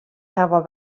hawwe